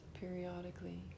periodically